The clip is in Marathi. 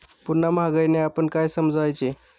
पुन्हा महागाईने आपण काय समजायचे?